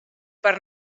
per